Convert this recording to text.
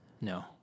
No